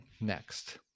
next